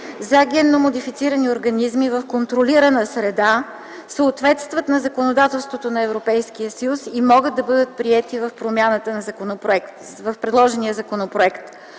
за генно модифицирани организми в контролирана среда съответстват на законодателството на Европейския съюз и могат да бъдат приети в предложения законопроект.